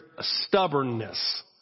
stubbornness